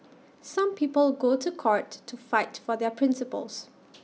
some people go to court to fight for their principles